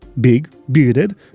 big-bearded